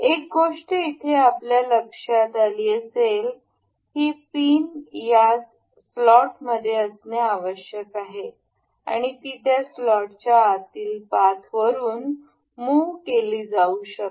एक गोष्ट इथे आपल्या लक्षात आली असेल ही पिन यास स्लॉटमध्ये असणे आवश्यक आहे आणि ती त्या स्लॉटच्या आतील पाथवरून मुह केली जाऊ शकते